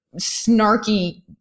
snarky